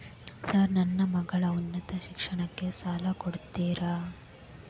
Sir ನನ್ನ ಮಗಳ ಉನ್ನತ ಶಿಕ್ಷಣಕ್ಕೆ ಸಾಲ ಕೊಡುತ್ತೇರಾ?